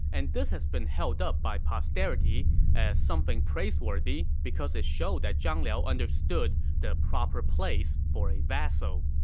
and this has been held up by posterity as something praiseworthy, because it showed that zhang liao understood the proper place for a vassal